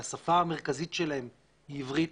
המרכזית שלהם היא עברית,